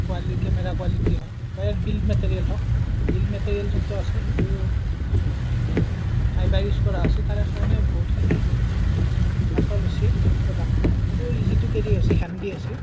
quality camera quality হওঁক বা ইয়াৰ বিল্ড মেটেৰিয়েলে হওঁক বিল্ড মেটেৰিয়েল যোনটো আছে সেইটো মানে ফাইবাৰ ইউজ কৰা আছে তাৰে কাৰণে বহুতখিনি পাতল হৈছে প্ৰডাক্টটো আৰু ইজি টু কেৰি হৈছে হেন্দি হৈছে